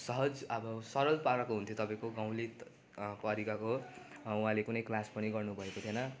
सहज अब सरल पाराको हुन्थ्यो तपाईँको गाउँले प्रकारको उहाँले कुनै क्लास पनि गर्नु भएको थिएन